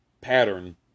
pattern